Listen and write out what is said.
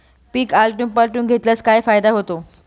पीक आलटून पालटून घेतल्यास काय फायदा होतो?